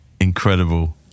Incredible